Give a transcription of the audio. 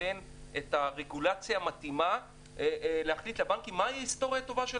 נותן את הרגולציה המתאימה להחליט לבנקים מה היא היסטוריה טובה של